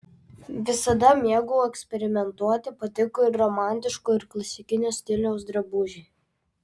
visada mėgau eksperimentuoti patiko ir romantiško ir klasikinio stiliaus drabužiai